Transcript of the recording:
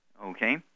Okay